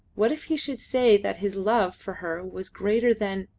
what if he should say that his love for her was greater than.